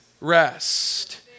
rest